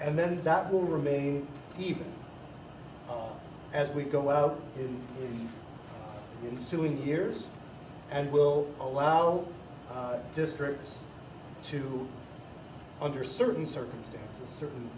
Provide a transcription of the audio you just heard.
and then that will remain even as we go out and sue in years and will allow all districts to under certain circumstances certain